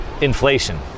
inflation